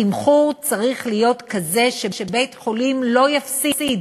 התמחור צריך להיות כזה שבית-חולים לא יפסיד,